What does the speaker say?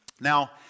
Now